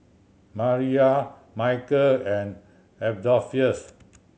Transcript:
Mariyah Micheal and Adolphus